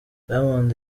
diamond